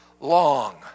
long